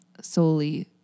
solely